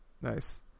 Nice